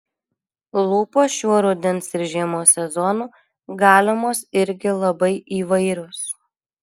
lūpos šiuo rudens ir žiemos sezonu galimos irgi labai įvairios